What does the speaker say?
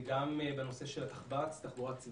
וגם בנושא של התחבורה הציבורית.